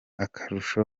akarusho